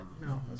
No